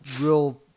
real